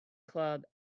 club